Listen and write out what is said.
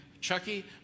Chucky